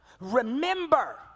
Remember